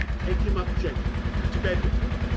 take him up gently, and to bed with him,